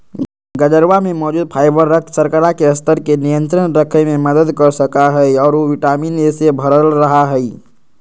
गजरवा में मौजूद फाइबर रक्त शर्करा के स्तर के नियंत्रण रखे में मदद कर सका हई और उ विटामिन ए से भरल रहा हई